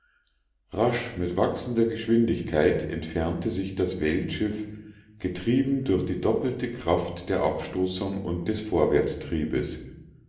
rasch mit wachsender geschwindigkeit entfernte sich das weltschiff getrieben durch die doppelte kraft der abstoßung und des